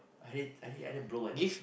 I need I need I need blow my nose